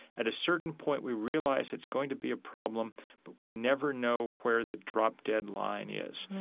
at a certain point, we realize it's going to be a problem but we never know where the drop-dead line is.